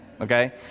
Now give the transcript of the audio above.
okay